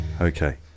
Okay